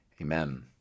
amen